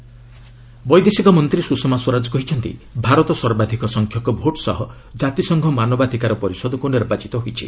Sushma UN India ବୈଦେଶିକ ମନ୍ତ୍ରୀ ସୁଷମା ସ୍ୱରାଜ କହିଛନ୍ତି ଭାରତ ସର୍ବାଧିକ ସଂଖ୍ୟକ ଭୋଟ ସହ କାତିସଂଘ ମାନବାଧିକାର ପରିଷଦକୁ ନିର୍ବାଚିତ ହୋଇଛି